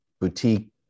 boutique